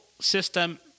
system